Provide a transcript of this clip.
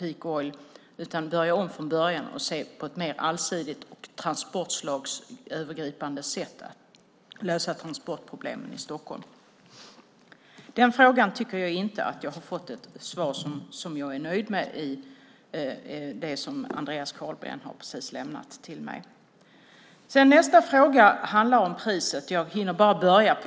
I stället kunde man börja om från början och på ett mer allsidigt och transportslagsövergripande sätt se på transportproblemens lösning i Stockholm. Jag tycker inte att jag fått ett svar på den frågan som jag är nöjd med. Min nästa fråga handlar om priset.